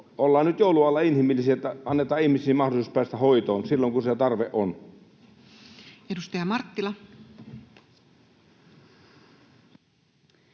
Ollaan nyt joulun alla inhimillisiä ja annetaan ihmisille mahdollisuus päästä hoitoon silloin kun sen tarve on. [Speech 122]